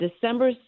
December